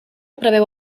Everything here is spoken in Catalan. preveu